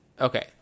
Okay